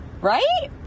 right